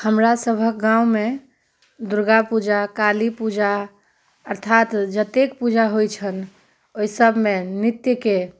हमरा सभक गाँवमे दुर्गा पूजा काली पूजा अर्थात जत्तेक पूजा होइ छनि ओहि सभमे नृत्यके